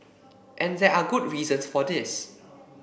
and there are good reasons for this